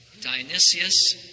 Dionysius